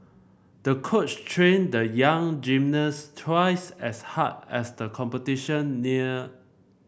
the coach trained the young gymnast twice as hard as the competition near